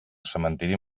cementiri